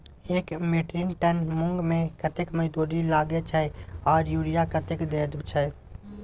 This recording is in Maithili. एक मेट्रिक टन मूंग में कतेक मजदूरी लागे छै आर यूरिया कतेक देर छै?